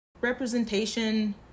Representation